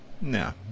No